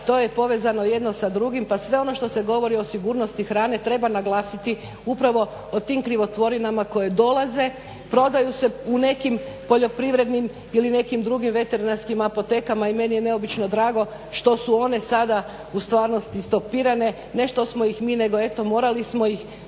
je to povezano jedno s drugim pa sve ono što se govori o sigurnosti hrane treba naglasiti upravo o tim krivotvorinama koje dolaze, prodaju se u nekim poljoprivrednim ili nekim drugim veterinarskim apotekama. I meni je neobično drago što su one sada u stvarnosti sada stopirane, ne što smo ih mi nego eto morali smo ih